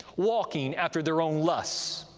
walking after their own lusts,